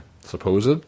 Supposed